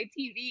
TV